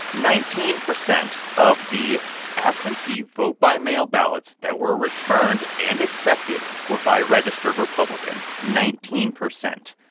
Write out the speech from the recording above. nineteen percent of the absentee vote-by-mail ballots that were returned and accepted were by registered republicans nineteen percent.